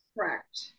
Correct